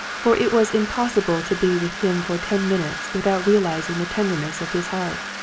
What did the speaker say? for it was impossible to be with him for ten minutes without realising the tenderness of his heart.